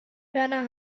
ferner